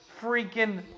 freaking